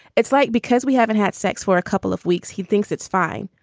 it's like because we haven't had sex for a couple of weeks, he thinks it's fine.